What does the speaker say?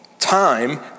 Time